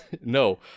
No